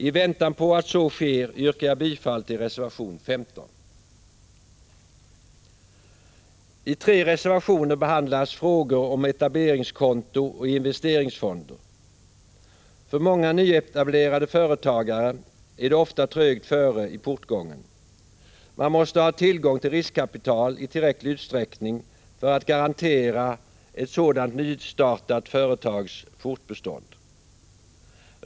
I väntan på att så sker yrkar jag bifall till reservation 15. I tre reservationer behandlas frågor om etableringskonto och investeringsfonder. För många nyetablerade företagare är det trögt före i portgången. Man måste ha tillgång till riskkapital i tillräcklig utsträckning för att garantera ett sådant nystartat företags fortbestånd.